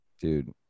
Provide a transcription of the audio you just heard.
dude